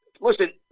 Listen